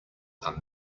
are